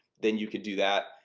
then you could do that